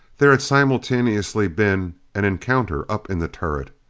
there had simultaneously been an encounter up in the turret.